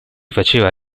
faceva